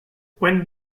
when